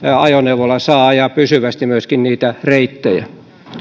ajoneuvoilla saa ajaa pysyvästi niitä reittejä